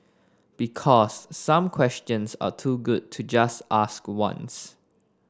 because some questions are too good to just ask once